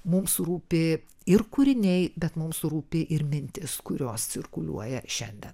mums rūpi ir kūriniai bet mums rūpi ir mintis kurios cirkuliuoja šiandien